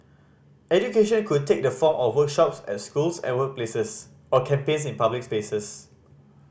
education could take the form of workshops at schools and workplaces or campaigns in public spaces